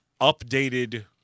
updated